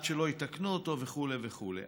עד שלא יתקנו אותו וכו' וכו'.